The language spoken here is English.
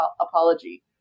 apology